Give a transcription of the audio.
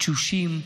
תשושים,